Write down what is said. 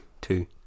Two